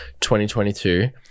2022